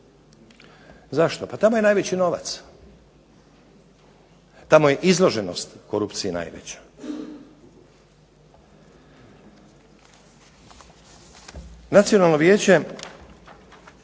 Zašto? Pa tamo je najveći novac. Tamo je izloženost korupciji najveća. Nacionalno vijeće